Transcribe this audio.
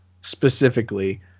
specifically